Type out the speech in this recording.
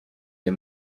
der